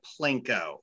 Plinko